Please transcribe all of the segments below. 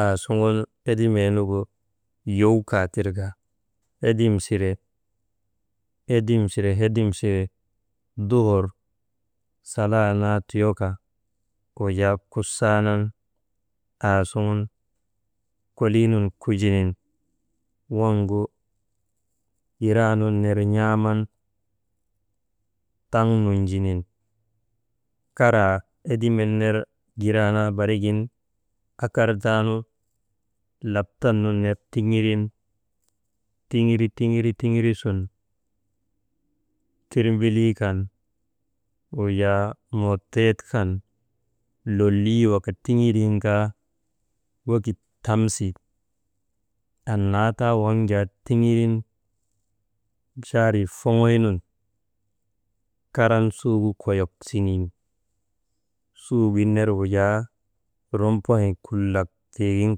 Aasuŋu hedimee nugu yow kaatir ka hedim sire, hedim sire, hedim sire, duhur sala naa tuyoka wujaa kusaanan koliinun kujinin waŋgu giraanun ner n̰aaman, taŋ nunjinin kara hedimen ner gira naa barigin akar taanu laptan nun ner tiŋirin, tiŋiri, tiŋiri, tiŋiri sun tirnbilii kan wujaa mootoyek kan lolii waka tiŋirin kaa wekit tamsi, annaa taa waŋ jaa tiŋin chaarii foŋoy nun karan suugu koyok siŋen, suugin ner wujaa, rompayek kullak tiigin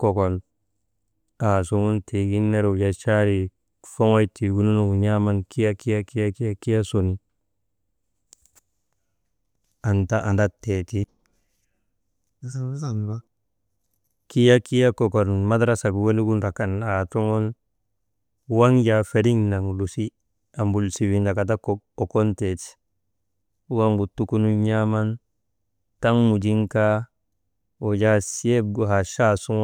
kokon aasuŋun tiigin ner wujaa chaarii foŋoy tiigunun n̰aaman kiya, kiya, kiya sun anta andraktee ti, wujaa kiya, kiya kokon madarasak wenigu ndrakan aasuŋun waŋ jaa feriŋ nak mbochi, ombulsi mindakati kok okon teeti, waŋgu tukunun n̰aaman taŋ kujinin kaa, wujaa suwek gu hachaa suŋun.